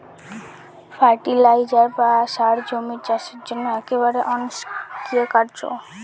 fertiliser বা সার জমির চাষের জন্য একেবারে অনস্বীকার্য